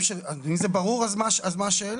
אם זה ברור אז מה השאלה?